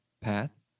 path